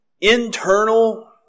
internal